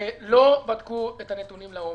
לא בדקו את הנתונים לעומק,